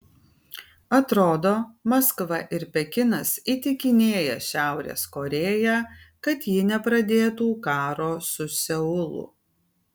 atrodo maskva ir pekinas įtikinėja šiaurės korėją kad ji nepradėtų karo su seulu